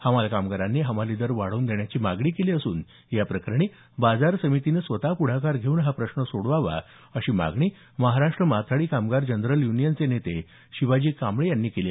हमाल कामगारांनी हमाली दर वाढवून देण्याची मागणी केली असून या प्रकरणी बाजार समितीने स्वतः पुढाकार घेऊन हा प्रश्न सोडवावा अशी मागणी महाराष्ट माथाडी कामगार जनरल यूनियनचे नेते शिवाजी कांबळे यांनी केली